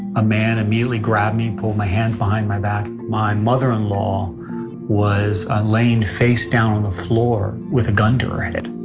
a man immediately grabbed me, pulled my hands behind my back. my mother-in-law was laying face down on the floor with a gun to her head.